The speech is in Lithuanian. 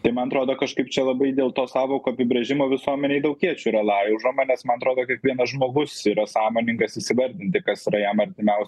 tai man atrodo kažkaip čia labai dėl to sąvokų apibrėžimo visuomenėj daug iečių yra laužoma nes man atrodo kiekvienas žmogus yra sąmoningas įsivardinti kas yra jam artimiausi